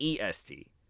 EST